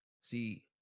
see